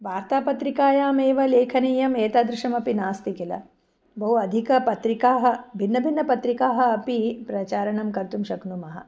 वार्तापत्रिकायाम् एव लेखनीयम् एतादृशमपि नास्ति किल बहु अधिकपत्रिकाः भिन्न भिन्न पत्रिकाः अपि प्रचारणं कर्तुं शक्नुमः